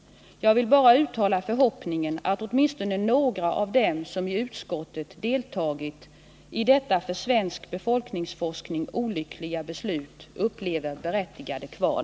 Men jag vill bara uttala förhoppningen att åtminstone några av dem som i utskottet deltagit i detta för svensk befolkningsforskning olyckliga beslut upplever berättigade kval.